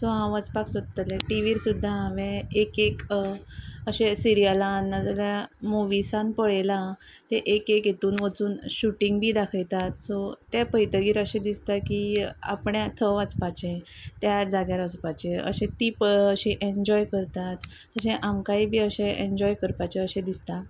so हांव वचपाक सोदतले टी व्ही सुद्दां हांवें एक एक अशे सिरियलां नाजाल्या मुविसांत पळयलां तें एक एक हातून वचून शुटींग बी दाखयतात सो ते पळयतकच अशें दिसता की आपणे थंय वचपाचें त्या जाग्यार वचपाचें अशें ती अशी एन्जॉय करतात तशें आमकांय बी अशें एन्जॉय करपाचें अशें दिसता